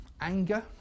Anger